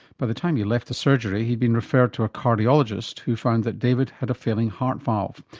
by the time he left the surgery he'd been referred to a cardiologist who found that david had a failing heart valve.